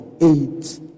eight